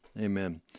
Amen